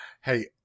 Hey